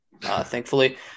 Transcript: thankfully